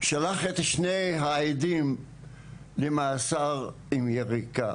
שלח את שני העדים למאסר, עם יריקה.